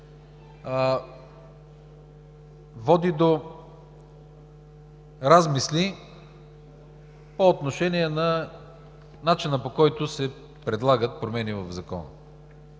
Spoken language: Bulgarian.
води до размисли по отношение на начина, по който се предлагат промени в Закона.